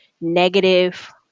negative